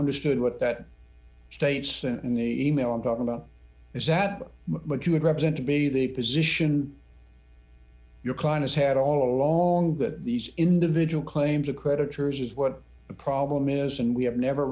understood what that states and the email i'm talking about is that what you would represent to be the position your client has had all along that these individual claims of creditors is what the problem is and we have never